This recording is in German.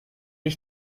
ich